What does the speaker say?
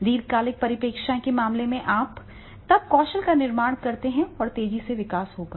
दीर्घकालिक परिप्रेक्ष्य के मामले में आप तब कौशल का निर्माण करते हैं और तेजी से विकास होगा